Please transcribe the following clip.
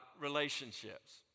relationships